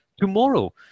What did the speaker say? tomorrow